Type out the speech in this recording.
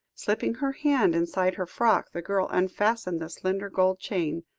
slipping her hand inside her frock, the girl unfastened the slender gold chain,